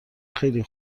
خیلی